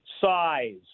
size